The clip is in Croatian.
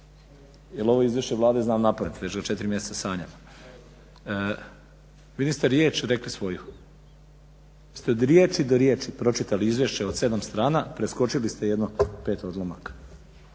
jel ovo izvješće Vlade znam na pamet već ga 4 mjeseca sanjam. Vi niste riječ rekli svoju. Vi ste od riječi do riječi pročitali izvješće od 7 strana preskočili ste jedno 5 odlomaka.